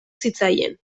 zitzaien